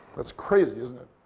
that's crazy, isn't it?